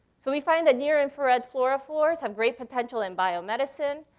so we find that near-infrared fluorophores have great potential in biomedicine.